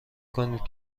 کنید